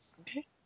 Okay